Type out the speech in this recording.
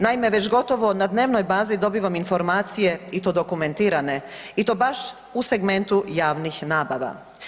Naime, već gotovo na dnevnoj bazi dobivam informacije i to dokumentirane i to baš u segmentu javnih nabava.